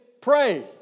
pray